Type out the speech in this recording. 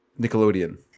Nickelodeon